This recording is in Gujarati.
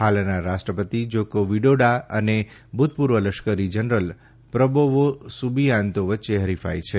હાલના રાષ્ટ્રપતિ જાકો વિડોડા અને ભુતપુર્વ લશ્કરી જનરલ પ્રબોવો સુબિયાન્તો વચ્ચે ફરીફાઈ છે